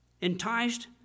enticed